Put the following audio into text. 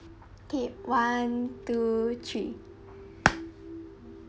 okay one two three